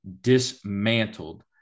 dismantled